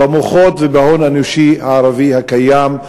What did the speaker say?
במוחות ובהון האנושי הערבי הקיים,